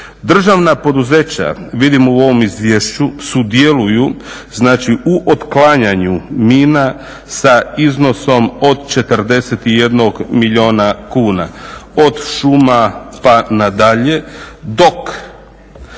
Državna poduzeća, vidimo u ovom izvješću, sudjeluju znači u otklanjanju mina sa iznosom od 41 milijuna kuna. Od šuma, pa nadalje dok